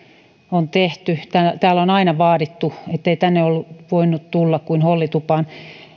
on tehty täällä on aina vaadittu ettei tänne ole voinut tulla kuin hollitupaan